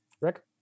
Rick